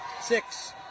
Six